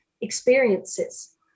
experiences